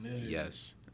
Yes